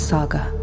Saga